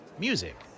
music